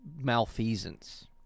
Malfeasance